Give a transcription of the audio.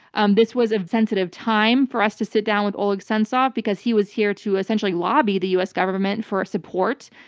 um this was a sensitive time for us to sit down with oleg sentsov because he was here to essentially lobby the us government for support,